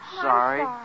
Sorry